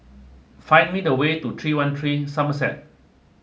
find me the way to three one three Somerset